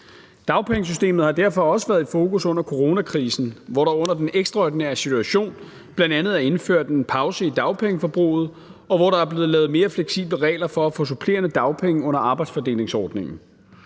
Dagpengesystemet har derfor også været i fokus under coronakrisen, hvor der i den ekstraordinære situation bl.a. er indført en pause i dagpengeforbruget og er blevet lavet mere fleksible regler for at få supplerende dagpenge under arbejdsfordelingsordningen.